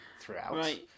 throughout